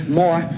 more